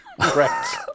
Correct